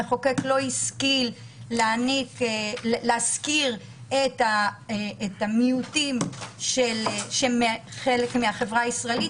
המחוקק לא השכיל להזכיר את המיעוטים שהם חלק מהחברה הישראלית,